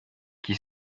qui